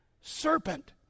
serpent